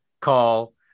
call